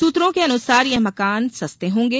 सूत्रों के अनुसार ये मकान सस्ते होंगे